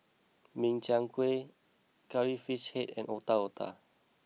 Min Chiang Kueh Curry Fish Head And Otak Otak